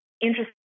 interesting